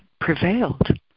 prevailed